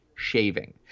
shaving